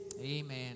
Amen